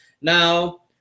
Now